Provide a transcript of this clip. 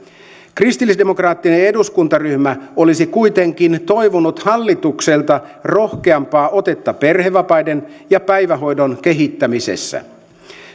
kristillisdemokraattinen eduskuntaryhmä olisi kuitenkin toivonut hallitukselta rohkeampaa otetta perhevapaiden ja päivähoidon kehittämisessä